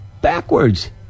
backwards